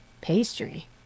Pastry